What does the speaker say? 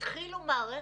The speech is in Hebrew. התחילו מערכת,